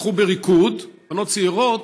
פתחו בריקוד, בנות צעירות,